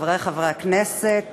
חברי חברי הכנסת,